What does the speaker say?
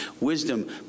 wisdom